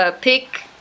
pick